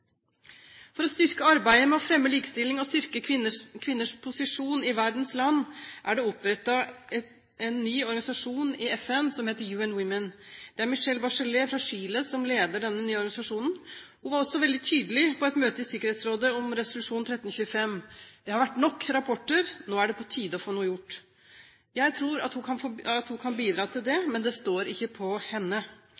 For å styrke arbeidet med å fremme likestilling og styrke kvinners posisjon i verdens land er det opprettet en ny organisasjon i FN som heter UN Women. Det er Michelle Bachelet fra Chile som leder denne nye organisasjonen. Hun var også veldig tydelig på et møte i Sikkerhetsrådet om resolusjon 1325: Det har vært nok rapporter, nå er det på tide å få noe gjort. Jeg tror at hun kan bidra til det,